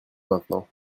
maintenant